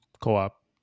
co-op